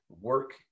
work